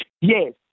Yes